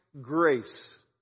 grace